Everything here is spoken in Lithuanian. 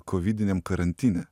kovidiniam karantine